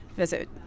visit